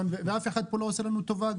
ואף אחד לא עושה לנו טובה.